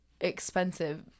expensive